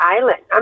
Island